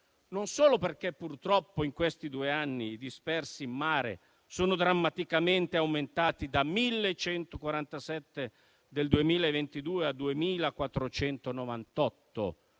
non solo perché purtroppo in questi due anni i dispersi in mare sono drammaticamente aumentati (dai 1.147 del 2022 ai 2.498